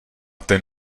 ten